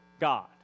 God